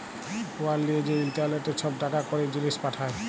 উয়ার লিয়ে যে ইলটারলেটে ছব টাকা কড়ি, জিলিস পাঠায়